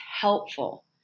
helpful